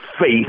face